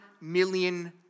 million